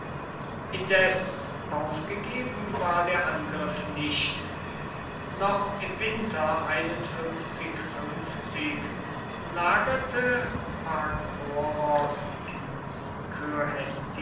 indes aufgegeben war der angriff nicht noch im winter lagerte pakoros in